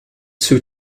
too